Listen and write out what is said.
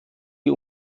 die